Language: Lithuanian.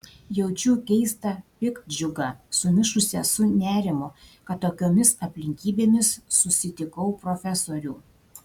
jaučiu keistą piktdžiugą sumišusią su nerimu kad tokiomis aplinkybėmis susitikau profesorių